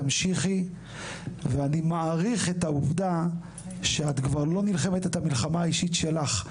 תמשיכי ואני מעריך את העובדה שאת כבר לא נלחמת את המלחמה האישית שלך,